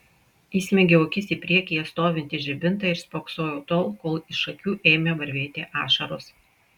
įsmeigiau akis į priekyje stovintį žibintą ir spoksojau tol kol iš akių ėmė varvėti ašaros